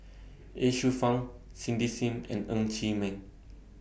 Ye Shufang Cindy SIM and Ng Chee Meng